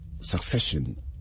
succession